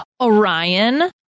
Orion